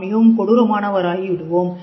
நாம் மிகவும் கொடூரமாக மாறிவிடுவோம்